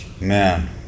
Man